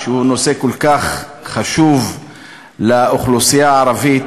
שהוא נושא כל כך חשוב לאוכלוסייה הערבית,